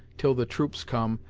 till the troops come,